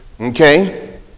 Okay